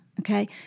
okay